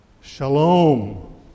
Shalom